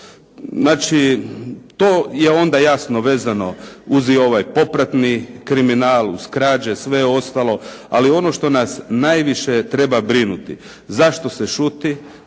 Znači to je onda jasno vezano uz ovaj popratni kriminal, uz krađe, sve ostalo. Ali ono što nas najviše treba brinuti. Zašto se šuti?